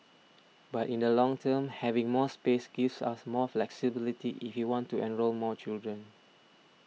but in the long term having more space gives us more flexibility if we want to enrol more children